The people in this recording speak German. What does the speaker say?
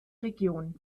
region